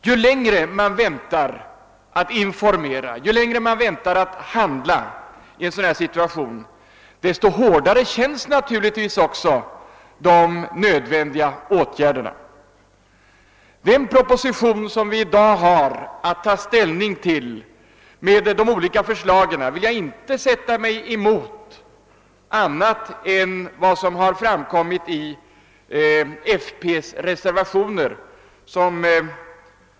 Ju längre man väntar med att informera och ju längre man väntar med att handla i en sådan här situation, desto hårdare känns naturligtvis de nödvändiga åtgärderna. Den proposition med förslag till olika åtgärder som vi i dag har att ta ställning till vill jag inte sätta mig emot, utom beträffande vad som har framkommit i fp:s reservationer.